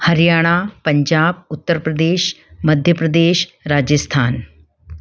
Haryana Punjab Uttar Pradesh Madhya Pradesh Rajasthan